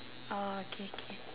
oh okay okay